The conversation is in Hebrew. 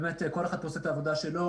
כל אחד פה עושה את העבודה שלו.